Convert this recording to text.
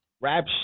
rap